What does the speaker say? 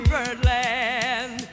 Birdland